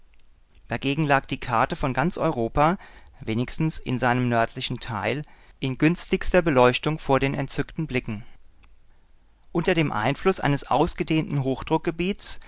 dagegen lag die karte von ganz europa wenigstens in seinem nördlichen teil in günstigster beleuchtung vor den entzückten blicken unter dem einfluß eines ausgedehnten